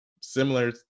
similar